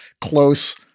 close